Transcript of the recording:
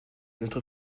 notre